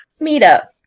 meetup